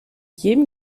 jedem